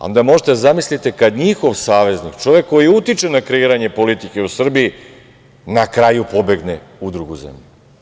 Onda možete da zamislite kada njihov saveznik, čovek koji utiče na kreiranje politike u Srbiji, na kraju pobegne u drugu zemlju.